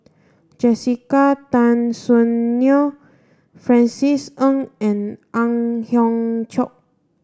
Jessica Tan Soon Neo Francis Ng and Ang Hiong Chiok